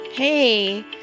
Hey